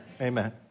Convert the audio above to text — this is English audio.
Amen